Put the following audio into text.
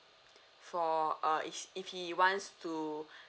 for err if he wants to